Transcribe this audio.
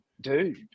dude